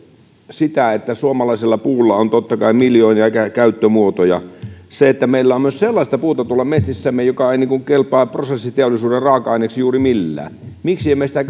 se että suomalaisella puulla on totta kai miljoonia käyttömuotoja ja se että meillä on myös sellaista puuta tuolla metsissämme joka ei kelpaa prosessiteollisuuden raaka aineeksi juuri millään miksi emme sitä